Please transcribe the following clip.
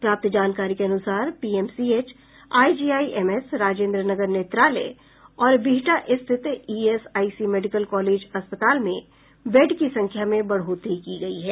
प्राप्त जानकारी के अनुसार पीएमसीएच आईजीआईएमएस राजेन्द्र नगर नेत्रालय और बिहटा रिथत ईएसआईसी मेडिकल कॉलेज अस्पताल में बेड की संख्या में बढ़ोतरी की गयी है